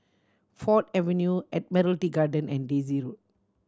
Ford Avenue Admiralty Garden and Daisy Road